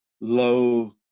low